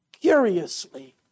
curiously